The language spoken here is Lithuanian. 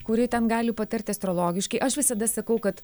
kuri ten gali patarti astrologiškai aš visada sakau kad